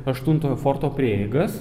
aštuntojo forto prieigas